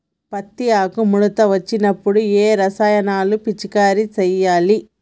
పత్తి ఆకు ముడత వచ్చినప్పుడు ఏ రసాయనాలు పిచికారీ చేయాలి?